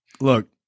Look